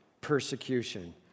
persecution